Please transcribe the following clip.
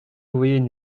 voyaient